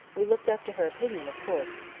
we looked up to her opinion, of course.